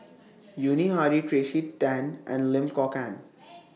Yuni Hadi Tracey Tan and Lim Kok Ann